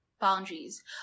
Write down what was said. Boundaries